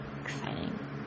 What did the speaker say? Exciting